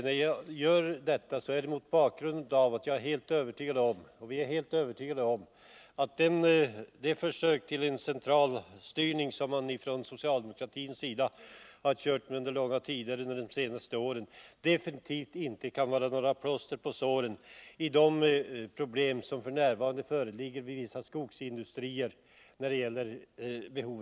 När jag gör detta är det mot bakgrund av att vi är helt övertygade om att socialdemokratins försök till centralstyrning under de senaste åren absolut inte kan vara något plåster på såren när det gäller de råvaruproblem som f. n. föreligger inom vissa skogsindustrier.